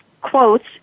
quotes